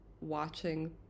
watching